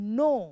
no